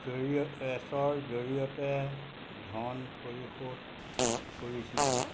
এছৰ জৰিয়তে ধন পৰিশোধ কৰিছিলোঁ